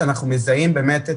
אני חושב שזה חיבור חשוב,